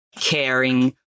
caring